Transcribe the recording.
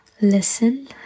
listen